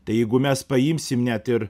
tai jeigu mes paimsim net ir